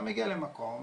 אתה מגיע למקום,